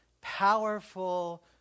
powerful